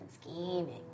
scheming